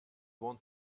want